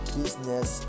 business